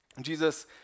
Jesus